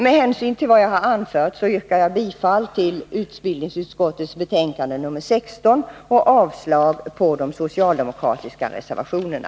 Med hänsyn till det jag har anfört yrkar jag bifall till utbildningsutskottets hemställan i betänkandet 16 och avslag på de socialdemokratiska reservationerna.